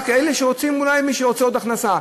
רק אלה שרוצים אולי עוד הכנסה.